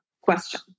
question